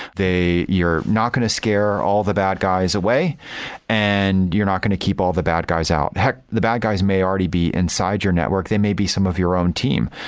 you're not going to scare all the bad guys away and you're not going to keep all the bad guys out. heck, the bad guys may already be inside your network. they may be some of your own team.